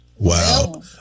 Wow